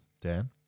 Dan